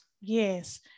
Yes